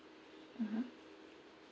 (uh huh)